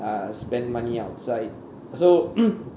uh spend money outside so